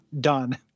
done